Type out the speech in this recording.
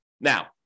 Now